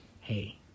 Hey